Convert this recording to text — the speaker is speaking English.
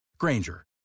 Granger